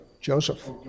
Joseph